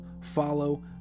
follow